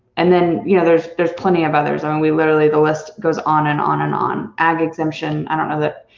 and then you know there's there's plenty of others. i mean, literally the list goes on and on and on. ag exemption. i don't know that